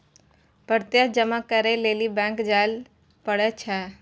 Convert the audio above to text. प्रत्यक्ष जमा करै लेली बैंक जायल पड़ै छै